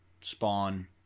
Spawn